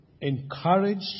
encouraged